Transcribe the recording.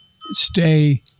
stay